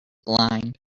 blind